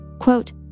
quote